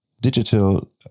digital